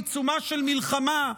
בעיצומה של מלחמה,